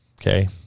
Okay